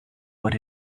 but